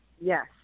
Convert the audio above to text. Yes